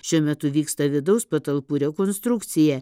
šiuo metu vyksta vidaus patalpų rekonstrukcija